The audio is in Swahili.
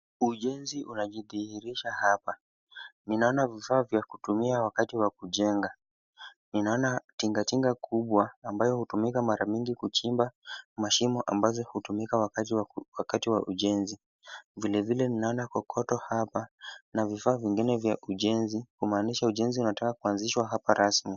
Ujenzi unajidhihirisha hapa. Ninaona vifaa vya kutumia wakati wa kujenga. Ninaona tinga tinga kubwa, ambayo hutumika mara mingi kuchimba mashimo ambazo hutumika wakati wa ujenzi. Vile vile ninaona kokoto hapa na vifaa vingine vya ujenzi, kumaanisha ujenzi unataka kuanzishwa hapa rasmi.